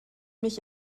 mich